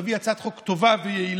להביא הצעת חוק טובה ויעילה.